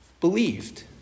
believed